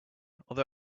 although